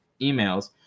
emails